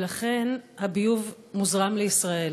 ולכן הביוב מוזרם לישראל.